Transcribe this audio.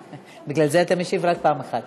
בגלל זה אתה משיב רק פעם אחת.